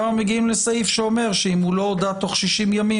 אנחנו מגיעים עכשיו לסעיף שאומר שאם הוא לא הודה תוך 60 ימים,